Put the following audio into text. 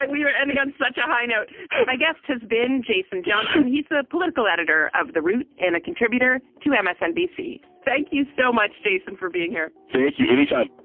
but we've and got such a high note my guest has been jason johnson. he's the political editor of the root and a contributor to msnbc. thank you so much, jason, for being here. thank you. anytime.